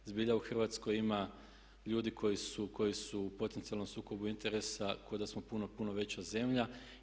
Zbilja u Hrvatskoj ima ljudi koji su u potencijalnom sukobu interesa ko da smo puno, puno veća zemlja.